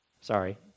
sorry